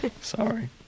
Sorry